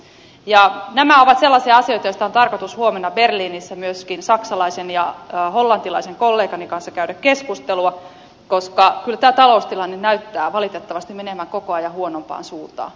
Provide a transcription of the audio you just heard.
nämä ovat sellaisia asioita joista on tarkoitus huomenna berliinissä myöskin saksalaisen ja hollantilaisen kollegani kanssa käydä keskustelua koska kyllä tämä taloustilanne näyttää valitettavasti menevän koko ajan huonompaan suuntaan